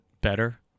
better